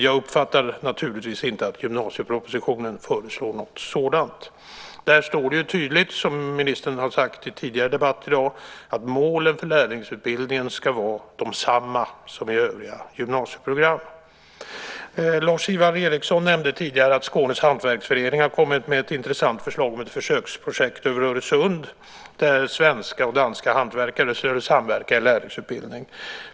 Jag uppfattar naturligtvis inte att gymnasiepropositionen föreslår något sådant. Där står tydligt, som ministern har sagt i en tidigare debatt i dag, att målen för lärlingsutbildningen ska vara desamma som i övriga gymnasieprogram. Lars-Ivar Ericson nämnde tidigare att Skånes Hantverksförening har kommit med ett intressant förslag till ett försöksprojekt över Öresund där svenska och danska hantverkare skulle samverka i lärlingsutbildning.